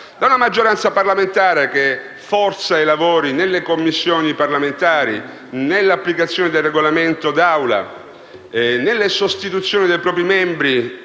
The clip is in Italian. da una maggioranza parlamentare che forza i lavori nelle Commissioni parlamentari, nell'applicazione del Regolamento d'Aula, nelle sostituzioni dei propri membri